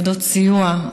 עובדות סיוע.